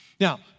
Now